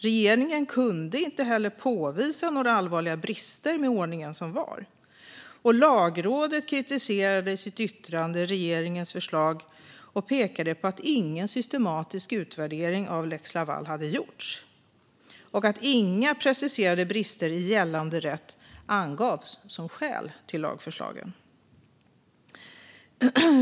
Regeringen kunde inte heller påvisa några allvarliga brister med ordningen som var. Lagrådet kritiserade i sitt yttrande regeringens förslag och pekade på att ingen systematisk utvärdering av lex Laval hade gjorts och att inga preciserade brister i gällande rätt angavs som skäl till lagförslagen.